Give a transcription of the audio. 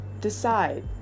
decide